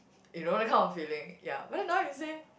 you know that kind of feeling ya but then now you say